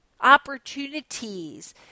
opportunities